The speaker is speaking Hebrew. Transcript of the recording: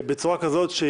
אמרתי במליאת הכנסת שהנוסח,